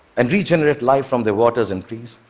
and regenerate life from the waters and trees.